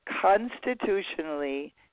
constitutionally